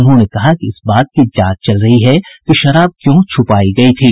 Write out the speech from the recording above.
उन्होंने कहा कि इस बात की जांच चल रही है कि शराब क्यों छुपाई गयी थी